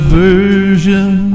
version